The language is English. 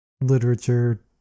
literature